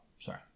sorry